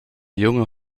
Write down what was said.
junge